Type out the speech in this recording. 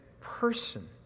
person